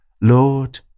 Lord